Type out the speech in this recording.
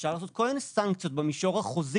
אפשר לעשות כל מיני סנקציות במישור החוזי